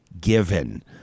given